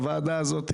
הוועדה הזאת,